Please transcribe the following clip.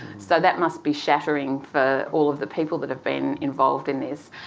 so that must be shattering for all of the people that have been involved in this.